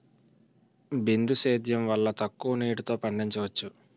బిందు సేద్యం వల్ల తక్కువ నీటితో పండించవచ్చు